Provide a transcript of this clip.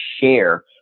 share